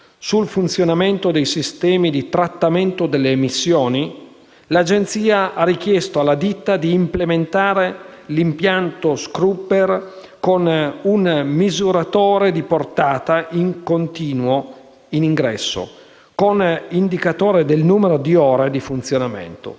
sul funzionamento dei sistemi di trattamento delle emissioni, l'agenzia ha richiesto alla ditta di implementare l'impianto *scrubber* con un misuratore di portata in continuo in ingresso, con indicatore del numero di ore di funzionamento.